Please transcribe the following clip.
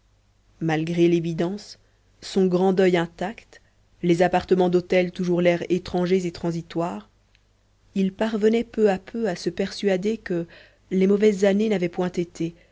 malgré l'évidence son grand deuil intact les appartements d'hôtel toujours l'air étrangers et transitoires il parvenait peu à peu à se persuader que les mauvaises années n'avaient point été